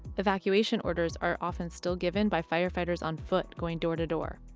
evacuation orders are often still given by firefighters on foot going door to door.